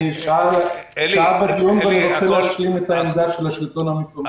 אני כבר שעה בדיון ואני רוצה להשלים את העמדה של השלטון המקומי.